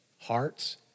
Hearts